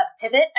pivot